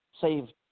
saved